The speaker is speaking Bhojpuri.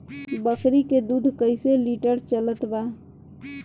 बकरी के दूध कइसे लिटर चलत बा?